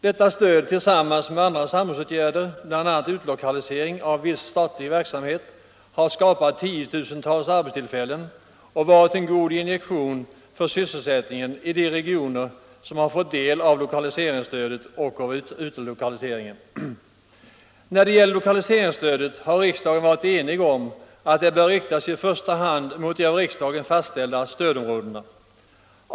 Detta stöd tillsammans med andra samhällsåtgärder, bl.a. utlokalisering av viss statlig verksamhet, har skapat tiotusentals arbetstillfällen och varit en god injektion för sysselsättningen i de regioner som har fått del av lokaliseringsstödet och av utlokaliseringen. När det gäller lokaliseringsstödet har riksdagen varit enig om att det bör riktas i första hand mot de av riksdagen fastställda stödområdena.